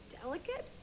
delicate